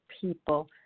people